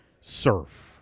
surf